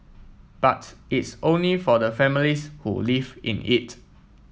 but it's only for the families who live in it